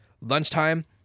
lunchtime